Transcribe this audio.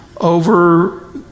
over